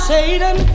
Satan